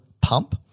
pump